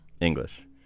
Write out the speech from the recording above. English